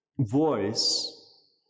voice